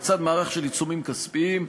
בצד מערך של עיצומים כספיים,